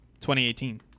2018